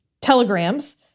telegrams